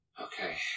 okay